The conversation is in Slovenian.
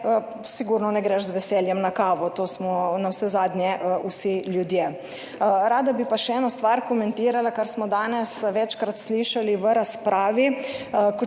ne greš z veseljem na kavo. To smo navsezadnje vsi ljudje. Rada bi pa še eno stvar komentirala, kar smo danes večkrat slišali v razpravi,